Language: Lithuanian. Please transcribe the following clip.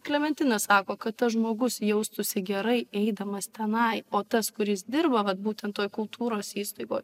klementina sako kad tas žmogus jaustųsi gerai eidamas tenai o tas kuris dirba vat būtent toj kultūros įstaigoj